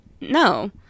no